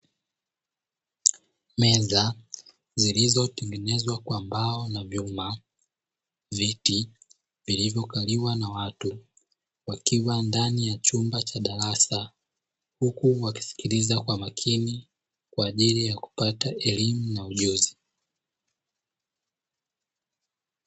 Meza zilizotengenezwa kwa mbao na vyuma, viti vilivyokaliwa na watu wakiwa ndani ya chumba cha darasa huku wakisikiliza kwa makini kwa ajili ya kupata elimu na ujuzi.